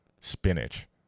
Spinach